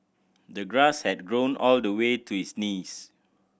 the grass had grown all the way to his knees